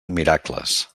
miracles